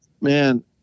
man